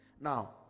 Now